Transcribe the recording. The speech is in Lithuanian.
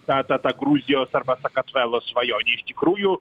ta ta ta gruzijos arba sakartvelo svajonė iš tikrųjų